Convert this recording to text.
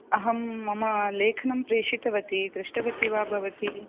अहं मम लेखनं प्रेषितवती दृष्टवती वा भवती